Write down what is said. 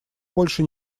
больше